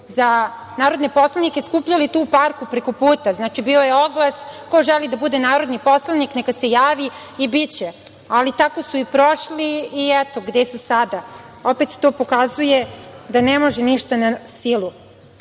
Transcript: za narodne poslanike, skupljali tu u parku prekoputa. Znači, bio je oglas - ko želi da bude narodni poslanik, neka se javi i biće, ali tako su i prošli i eto gde su sada. Opet to pokazuje da ne može ništa na silu.